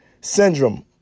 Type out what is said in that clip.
syndrome